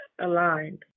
aligned